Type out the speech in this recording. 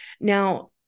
Now